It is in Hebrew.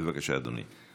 בבקשה, אדוני.